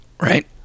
right